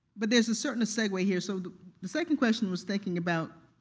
but there's a certain segue here. so the second question was thinking about,